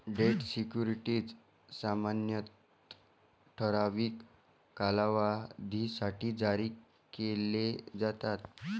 date securities सामान्यतः ठराविक कालावधीसाठी जारी केले जातात